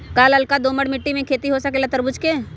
का लालका दोमर मिट्टी में खेती हो सकेला तरबूज के?